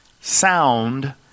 sound